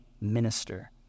minister